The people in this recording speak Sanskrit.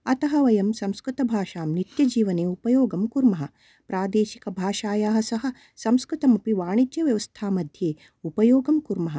अतः वयं संस्कृतभाषां नित्यजीवने उपयोगं कुर्मः प्रादेशिकभाषायाः सह संस्कृतम् अपि वाणिज्यव्यवस्था मध्ये उपयोगं कुर्मः